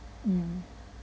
mm